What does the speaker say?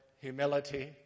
humility